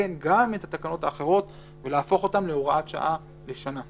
לתקן גם את התקנות האחרות ולהפוך אותן להוראת שעה לשנה.